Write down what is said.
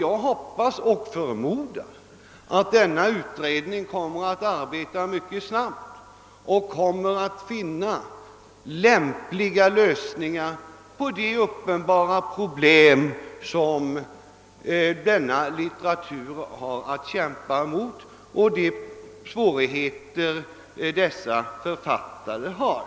Jag hoppas och förmodar att denna utredning kommer att arbeta mycket snabbt och kommer att finna lämpliga lösningar på de uppenbara problem som denna litteratur har att kämpa med och de svårigheter dessa författare har.